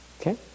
okay